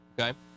Okay